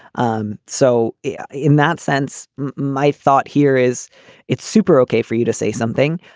um so yeah in that sense, my thought here is it's super ok for you to say something.